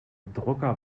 drucker